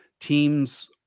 teams